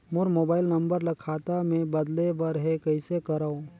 मोर mobile number ल खाता मे बदले बर हे कइसे करव?